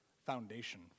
foundation